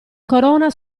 corona